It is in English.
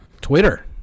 twitter